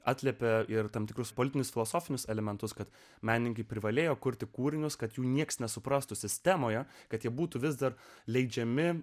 atliepia ir tam tikrus politinius filosofinius elementus kad menininkai privalėjo kurti kūrinius kad jų niekas nesuprastų sistemoje kad ji būtų vis dar leidžiami